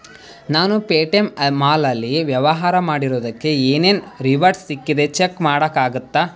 ನಾನು ಪೆಟಿಎಮ್ ಮಾಲಲ್ಲಿ ವ್ಯವಹಾರ ಮಾಡಿರೋದಕ್ಕೆ ಏನೇನು ರಿವಾರ್ಡ್ಸ್ ಸಿಕ್ಕಿದೆ ಚೆಕ್ ಮಾಡೋಕ್ಕಾಗತ್ತಾ